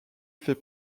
fait